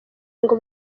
ngo